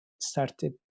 started